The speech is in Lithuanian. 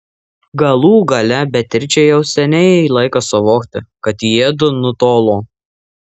galų gale beatričei jau seniai laikas suvokti kad jiedu nutolo